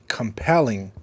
compelling